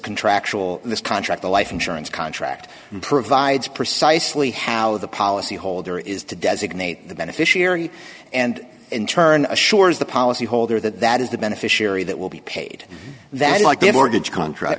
contractual the contract the life insurance contract provides precisely how the policy holder is to designate the beneficiary and in turn assures the policy holder that that is the beneficiary that will be paid that like the mortgage contract